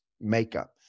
makeup